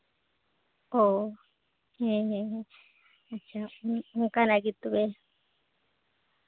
ᱚ ᱦᱮᱸ ᱦᱮᱸ ᱟᱪᱪᱷᱟ ᱚᱠᱟᱱᱟᱜ ᱜᱮ ᱛᱚᱵᱮ